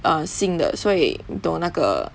err 新的所以很多那个